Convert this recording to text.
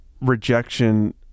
rejection